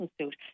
suit